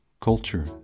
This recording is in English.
Culture